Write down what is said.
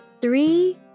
three